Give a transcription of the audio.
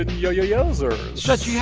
yo, yo, yozers stretch, you yeah